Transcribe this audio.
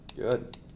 Good